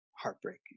heartbreaking